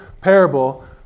parable